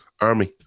army